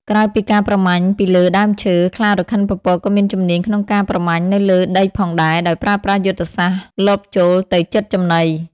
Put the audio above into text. ក្រៅពីការប្រមាញ់ពីលើដើមឈើ ខ្លារខិនពពកក៏មានជំនាញក្នុងការប្រមាញ់នៅលើដីផងដែរ ដោយប្រើប្រាស់យុទ្ធសាស្ត្រលបចូលទៅជិតចំណី។